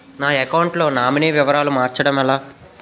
నా అకౌంట్ లో నామినీ వివరాలు మార్చటం ఎలా?